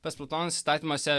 pas plutoną įstatymuose